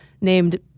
named